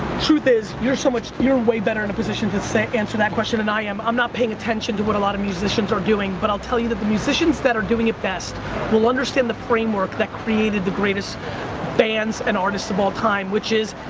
truth is, you're so much, you're way better in a position to say, answer that question than and i am. i'm not paying attention to what a lot of musicians are doing, but i'll tell you that the musicians that are doing it best will understand the framework that created the greatest bands and artists of all time, which is,